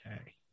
Okay